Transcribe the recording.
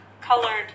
colored